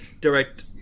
direct